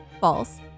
false